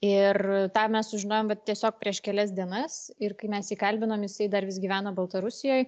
ir tą mes sužinojom vat tiesiog prieš kelias dienas ir kai mes jį kalbinom jisai dar vis gyvena baltarusijoj